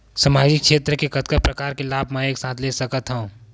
सामाजिक क्षेत्र के कतका प्रकार के लाभ मै एक साथ ले सकथव?